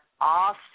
awesome